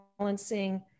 balancing